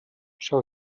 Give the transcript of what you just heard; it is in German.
schau